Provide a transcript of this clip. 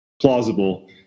plausible